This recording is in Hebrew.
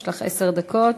יש לך עשר דקות.